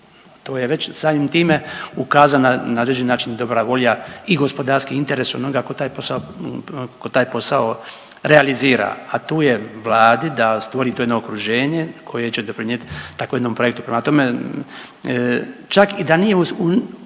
to je već samim time ukazana na određen način dobra volja i gospodarski interes onoga tko taj posao, tko taj posao realizira, a tu je vladi da stvori to jedno okruženje koje će doprinijeti takvom jednom projektu. Prema tome, čak i da nije uopće